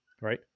Right